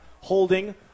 Holding